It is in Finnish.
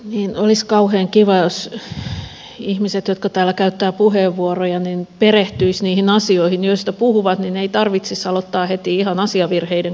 niin olisi kauhean kiva jos ihmiset jotka täällä käyttävät puheenvuoroja perehtyisivät niihin asioihin joista puhuvat niin että ei tarvitsisi aloittaa heti ihan asiavirheiden korjaamisella